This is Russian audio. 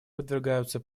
подвергаются